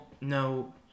no